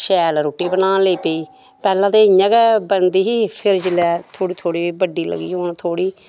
शैल रुट्टी बनान लेई पेई पैह्ले ते इ'यां गै बनदी ही फिर जेल्लै थोह्ड़ी थोह्ड़ी बड्डी लगी होन थोह्ड़ी